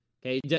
Okay